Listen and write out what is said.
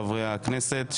חברי הכנסת,